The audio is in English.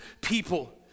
people